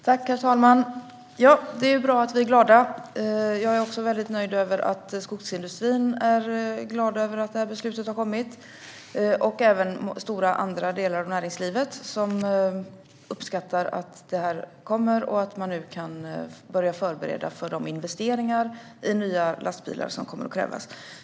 Herr talman! Det är bra att vi är glada. Jag är också väldigt nöjd att skogsindustrin är glad över att beslutet har kommit och även andra stora delar av näringslivet. De uppskattar att det kommer och att de nu kan börja förbereda för de investeringar i nya lastbilar som kommer att krävas.